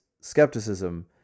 skepticism